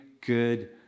good